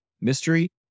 mystery